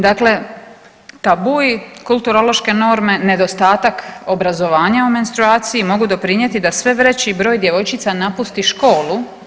Dakle, tabui, kulturološke norme, nedostatak obrazovanja o menstruaciji mogu doprinijeti da sve veći broj djevojčica napusti školu.